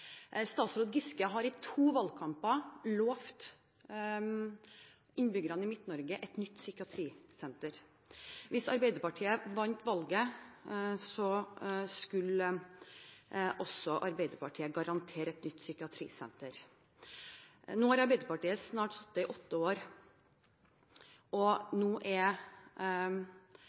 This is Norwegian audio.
Statsråd Giske har i to valgkamper lovet innbyggerne i Midt-Norge et nytt psykiatrisenter. Hvis Arbeiderpartiet vant valget, skulle Arbeiderpartiet garantere et nytt psykiatrisenter. Nå har Arbeiderpartiet sittet i snart åtte år, og nå er